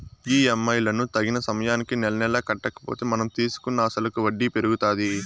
EMI లను తగిన సమయానికి నెలనెలా కట్టకపోతే మనం తీసుకున్న అసలుకి వడ్డీ పెరుగుతాది